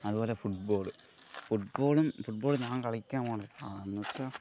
അതുപോലെ football ഫുട് ബോളും ഫുട് ബോൾ ഞാൻ കളിക്കാൻ പോണാ എന്നു വെച്ചാൽ